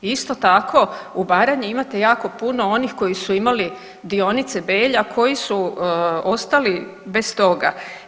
I isto tako u Baranji imate jako puno onih koji su imali dionice Belja, a koji su ostali bez toga.